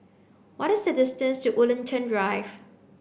what is the distance to Woollerton Drive